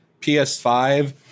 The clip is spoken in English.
PS5